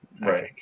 Right